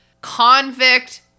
convict